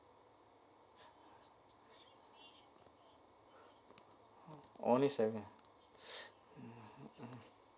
only saving mmhmm mm